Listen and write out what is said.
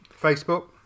Facebook